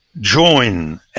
join